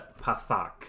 Pathak